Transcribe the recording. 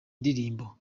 ndirimbo